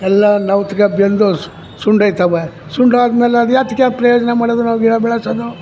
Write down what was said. ಎಲ್ಲಾ ನೊವ್ತುಕ ಬೆಂದು ಸುಂಡೋಯ್ತವ ಸುಂಡು ಆದ್ಮೇಲ ಅದು ಯಾತಕ್ಕೆ ಪ್ರಯೋಜನ ಮಾಡೋದು ನಾವು ಗಿಡ ಬೆಳೆಸೋದು